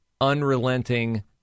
unrelenting